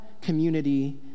community